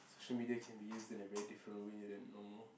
social media can be used in a very different way than normal